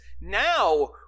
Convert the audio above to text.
now